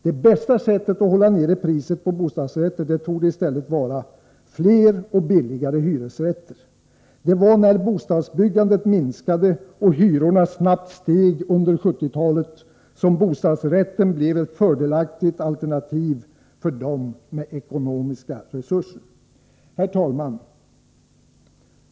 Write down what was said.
Det bästa sättet att hålla nere priset på bostadsrätter torde i stället vara att skapa fler och billigare hyresrätter. Det var när bostadsbyggandet minskade och hyrorna snabbt steg under 1970-talet som bostadsrätten blev ett fördelaktigt alternativ för dem som hade ekonomiska resurser. Herr talman!